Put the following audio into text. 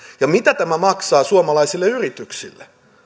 ja mitä tämä maksaa suomalaisille yrityksille